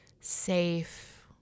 safe